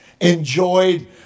enjoyed